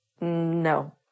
No